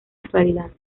actualidad